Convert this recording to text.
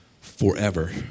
forever